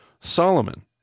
Solomon